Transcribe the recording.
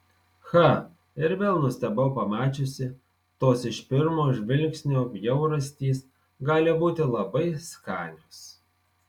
cha ir vėl nustebau pamačiusi tos iš pirmo žvilgsnio bjaurastys gali būti labai skanios